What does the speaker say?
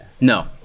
No